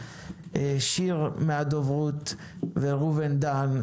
שיר מהדוברות וראובן דהאן,